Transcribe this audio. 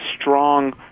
strong